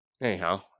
anyhow